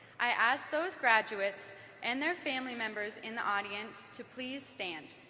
i ask those graduates and their family members in the audience to please stand.